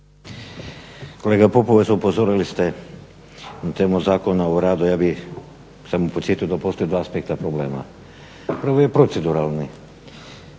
Kolega Pupovac, upozorili ste na temu Zakona o radu ja bih samo podsjetio da postoje dva aspekta problema. Prvi je proceduralni.